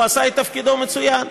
הוא עשה את תפקידו מצוין,